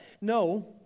No